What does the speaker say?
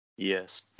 Yes